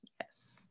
yes